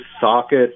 socket